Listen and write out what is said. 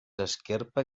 esquerpa